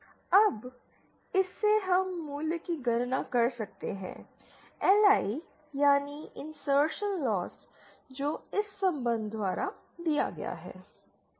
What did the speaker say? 2ABCD22 अब इससे हम मूल्य की गणना कर सकते हैं LI यानी इनसर्शन लॉस जो इस संबंध द्वारा दिया गया है